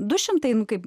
du šimtai kaip